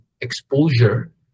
exposure